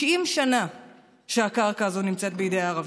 90 שנה שהקרקע הזאת נמצאת בידי ערבים,